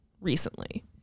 recently